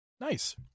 Nice